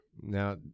Now